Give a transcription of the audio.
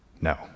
No